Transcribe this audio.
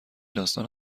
داستان